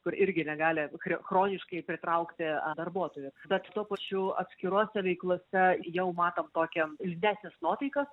kur irgi negali chre chroniškai pritraukti darbuotojų bet tuo pačiu atskirose veiklose jau matom tokią liūdnesnes nuotaikas